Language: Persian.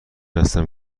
هستم